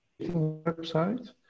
website